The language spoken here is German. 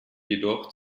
jedoch